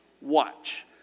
Watch